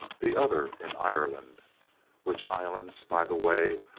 the other in ireland which islands, by the way,